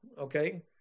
okay